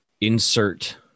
insert